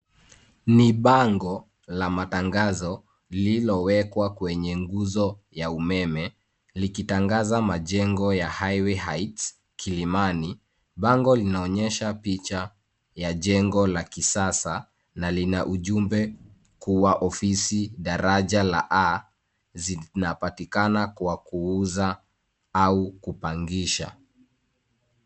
Ni bango, la matangazo, lililowekwa kwenye nguzo ya umeme, likitangaza majengo ya Highway Heights, Kilimani, bango linaonyesha picha ya jengo la kisasa, na lina ujumbe kuwa ofisi, daraja la A, zinapatikana kwa kuuza, au kupangisha.